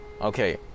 okay